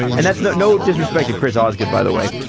and that's no no disrespect to chris osgood by the way.